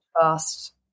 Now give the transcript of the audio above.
fast